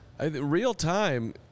Real-time